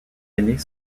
aînés